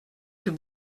plus